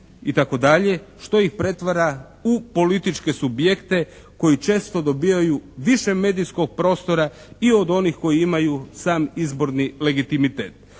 itd., što ih pretvara u političke subjekte koji često dobivaju više medijskog prostora i od onih koji imaju sam izborni legitimitet.